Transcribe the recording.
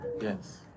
yes